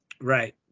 Right